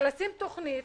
לשים תכנית